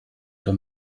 oder